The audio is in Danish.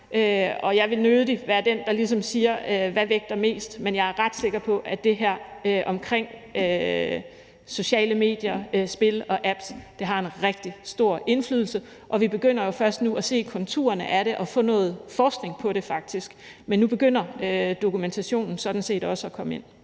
jeg vil nødig være den, der ligesom siger, hvad der vægter mest, men jeg er ret sikker på, at det her omkring sociale medier, spil og apps har en rigtig stor indflydelse, og vi begynder først nu at se konturerne af det og få noget forskning på det faktisk. Men nu begynder dokumentationen sådan set også at komme ind.